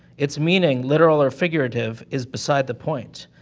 its meaning, literal or figurative, is beside the point.